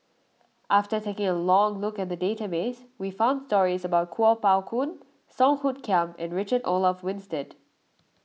after taking a look at the database we found stories about Kuo Pao Kun Song Hoot Kiam and Richard Olaf Winstedt